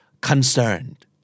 concerned